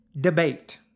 debate